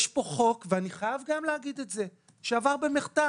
יש כאן ואני חייב לומר גם את זה שעבר במחטף.